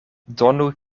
donu